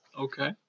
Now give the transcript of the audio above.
Okay